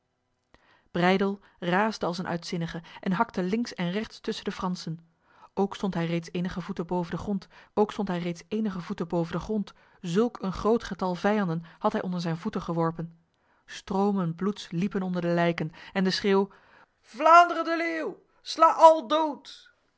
breydel raasde als een uitzinnige en hakte links en rechts tussen de fransen ook stond hij reeds enige voeten boven de grond zulk een groot getal vijanden had hij onder zijn voeten geworpen stromen bloeds liepen onder de lijken en de schreeuw vlaanderen de leeuw sla al dood